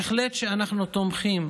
בהחלט אנחנו תומכים